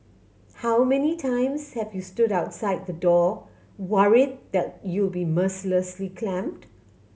how many times have you stood outside the door worried that you'll be mercilessly clamped